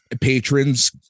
patrons